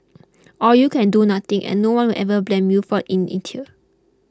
or you can do nothing and no one will ever blame you for in inertia